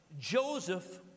Joseph